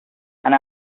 and